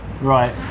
right